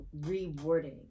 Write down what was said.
rewarding